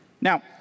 Now